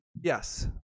Yes